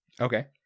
Okay